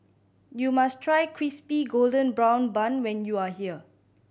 you must try Crispy Golden Brown Bun when you are here